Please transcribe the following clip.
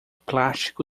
plástico